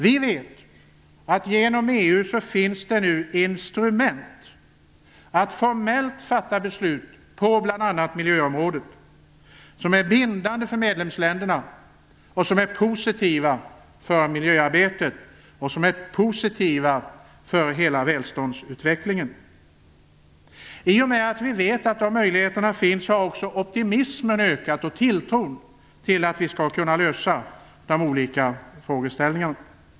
Vi vet att det genom EU nu finns instrument att formellt fatta beslut på bl.a. miljöområdet som är bindande för medlemsländerna och positiva för miljöarbetet samt positiva för hela välståndsutvecklingen. I och med att vi vet att dessa möjligheter finns har också optimismen och tilltron till att vi skall kunna lösa de olika frågeställningarna ökat.